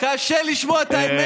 קשה לשמוע את האמת?